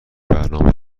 برنامه